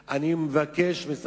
אבל הוא לא הצליח לחצות את רחוב יפו.